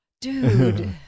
Dude